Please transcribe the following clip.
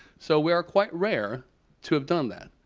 so we're quite rare to have done that.